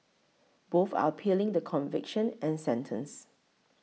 both are appealing the conviction and sentence